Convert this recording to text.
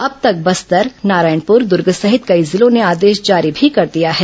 अब तक बस्तर नारायणपुर दुर्ग सहित कई जिलों ने आदेश जारी भी कर दिया है